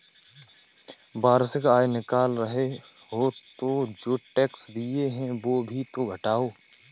वार्षिक आय निकाल रहे हो तो जो टैक्स दिए हैं वो भी तो घटाओ